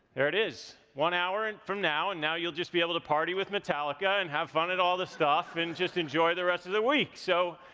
it is. one hour and from now, and now you'll just be able to party with metallica. and have fun at all the stuff and just enjoy the rest of the week, so,